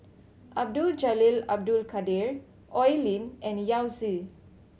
Abdul Jalil Abdul Kadir Oi Lin and Yao Zi